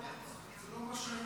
זה לא מה,